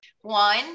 One